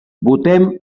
votem